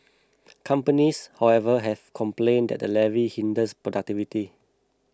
companies however have complained that the levy hinders productivity